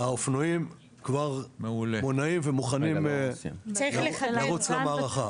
האופנועים כבר מונעים ומוכנים לרוץ למערכה.